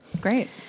Great